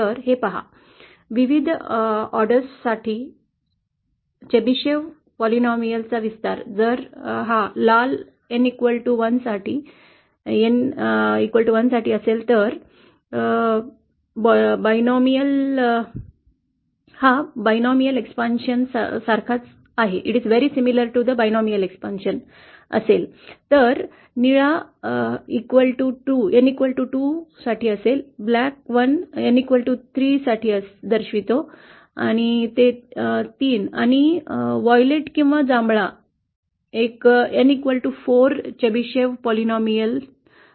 हे पहा विविध ऑर्डरसाठी चेबेशिव्ह बहुपदीय विस्तार जर लाल N 1 साठी N असेल तर N1 बहुपदी समान द्विपदीच्या विस्ताराशी समान असेल तर निळा N 2 ब्लॅक वन N3 समान दर्शवितो ते 3 आणि व्हायलेट किंवा जांभळा एक N4 चेबेशेव्ह बहुपदीच्या N समान दर्शवते